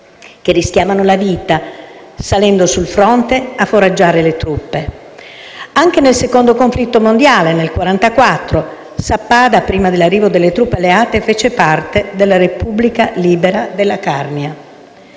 che rischiavano la vita salendo sul fronte a foraggiare le truppe. Anche nel secondo conflitto mondiale, nel 1944, Sappada prima dell'arrivo delle truppe alleate fece parte della Repubblica libera della Carnia.